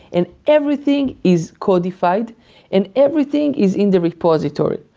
and everything is codified and everything is in the repository.